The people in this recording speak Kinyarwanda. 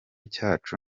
cyacu